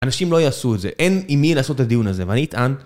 אנשים לא יעשו את זה, אין עם מי לעשות את הדיון הזה ואני אטען